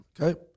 Okay